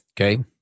Okay